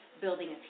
building